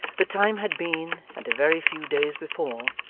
the time had been, and a very few days before,